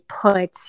put